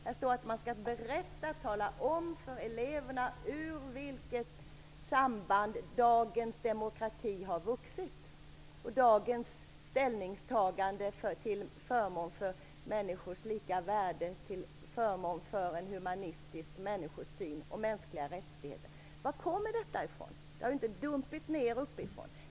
Här står att man skall tala om för eleverna ur vilket samband dagens demokrati har vuxit och var dagens ställningstagande till förmån för människors lika värde, för en humanistisk människosyn och mänskliga rättigheter har kommit ifrån. Det har inte dumpit ner uppifrån.